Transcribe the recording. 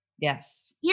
Yes